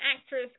actress